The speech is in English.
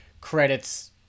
credits